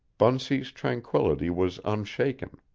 bunsey's tranquillity was unshaken.